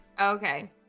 okay